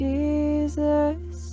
Jesus